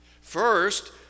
First